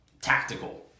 tactical